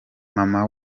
mama